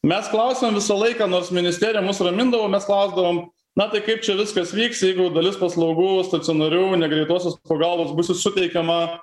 mes klausėm visą laiką nors ministerija mus ramindavo mes klausdavom na tai kaip čia viskas vyks jeigu dalis paslaugų stacionarių greitosios pagalbos bus suteikiama